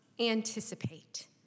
anticipate